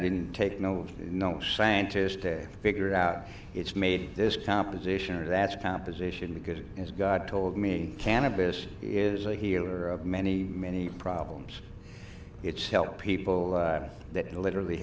didn't take no no scientist to figure out it's made this composition or that's composition because as god told me cannabis is a healer of many many problems it's helped people that literally